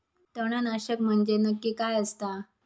तणनाशक म्हंजे नक्की काय असता?